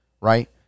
right